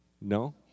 No